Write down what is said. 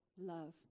love